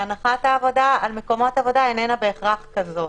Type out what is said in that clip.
והנחת העבודה על מקומות עבודה איננה בהכרח כזו.